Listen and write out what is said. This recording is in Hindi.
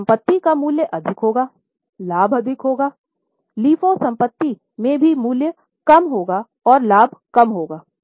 तो संपत्ति का मूल्य अधिक होगा लाभ अधिक होगा LIFO संपत्ति में भी मूल्य कम होगा और लाभ कम होगा